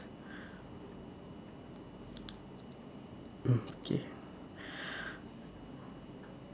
okay